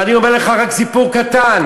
ואני אומר לך, רק סיפור קטן.